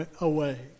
away